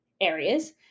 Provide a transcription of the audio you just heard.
areas